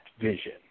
vision